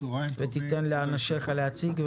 תיתן לאנשיך להציג,